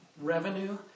revenue